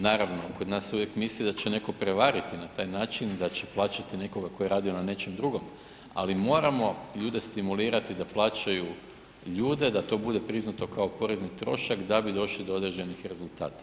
Naravno kod nas se uvijek misli da će netko prevariti na taj način, da će plaćati nekoga tko je radio na nečem drugom ali moramo ljude stimulirati da plaćaju ljude, da to bude priznato kao porezni trošak da bi došli do određenih rezultata.